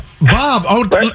Bob